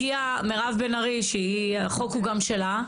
הגיעה מירב בן ארי, שהחוק הוא גם שלה.